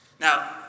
Now